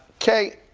kay,